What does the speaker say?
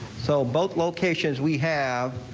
so both locations we have.